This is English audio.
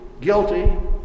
guilty